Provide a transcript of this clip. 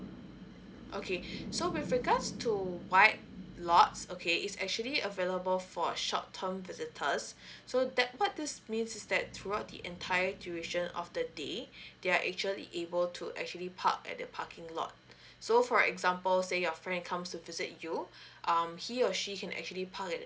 okay so with regards to white lots okay is actually available for short term visitors so that what this means is that throughout the entire duration of the day they are actually able to actually park at the parking lot so for example say your friend comes to visit you um he or she can actually park at